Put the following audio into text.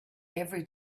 every